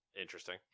Interesting